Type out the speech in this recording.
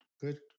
good